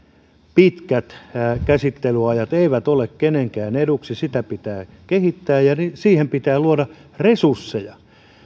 pitkät käsittelyajat eivät ole kenenkään eduksi sitä pitää kehittää ja siihen pitää luoda resursseja